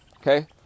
okay